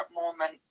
moment